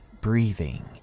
breathing